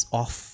off